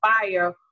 fire